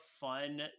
fun